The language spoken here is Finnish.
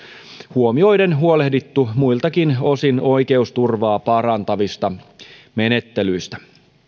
huomioiden huolehdittu muiltakin osin oikeusturvaa parantavista menettelyistä